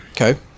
Okay